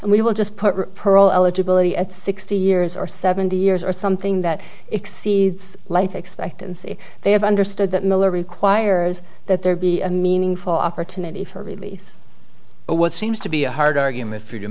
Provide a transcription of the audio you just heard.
and we well just put pearl eligibility at sixty years or seventy years or something that exceeds life expectancy they have understood that miller requires that there be a meaningful opportunity for release but what seems to be a hard argument